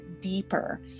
deeper